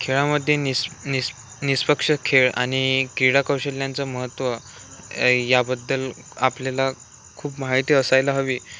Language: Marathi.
खेळामध्ये निस् निस् निष्पक्ष खेळ आणि क्रीडा कौशल्यांचं महत्त्व याबद्दल आपल्याला खूप माहिती असायला हवी